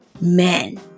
men